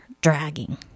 dragging